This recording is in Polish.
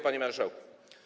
Panie Marszałku!